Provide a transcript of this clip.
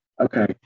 Okay